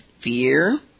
fear